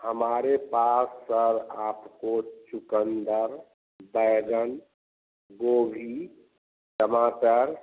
हमारे पास सर आपको चुकंदर बैंगन गोभी टमाटर